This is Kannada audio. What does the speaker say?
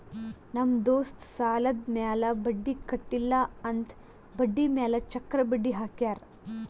ನಮ್ ದೋಸ್ತ್ ಸಾಲಾದ್ ಮ್ಯಾಲ ಬಡ್ಡಿ ಕಟ್ಟಿಲ್ಲ ಅಂತ್ ಬಡ್ಡಿ ಮ್ಯಾಲ ಚಕ್ರ ಬಡ್ಡಿ ಹಾಕ್ಯಾರ್